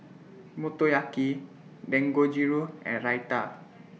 Motoyaki Dangojiru and Raita